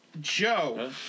Joe